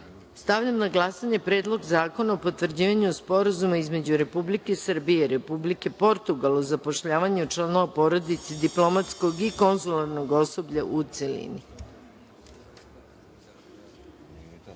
zakona. Stavljam na glasanje Predlog zakona o potvrđivanju Sporazuma između Republike Srbije i Republike Portugal o zapošljavanju članova porodice diplomatskog i konzularnog osoblja, u